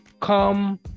Come